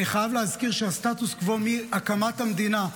אני חייב להזכיר שהסטטוס קוו מהקמת המדינה,